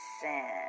sin